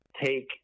take